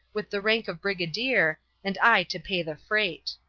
with the rank of brigadier, and i to pay the freight.